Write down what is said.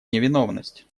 невиновность